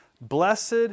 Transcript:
blessed